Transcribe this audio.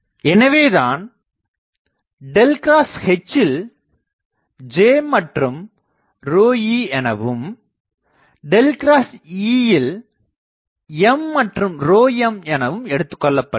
எனவே தான் ᐁH ல் J மற்றும் ρe எனவும் ᐁE ல் M மற்றும் ρm எனவும் எடுத்துக்கொள்ளப்படுகிறது